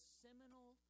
seminal